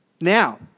Now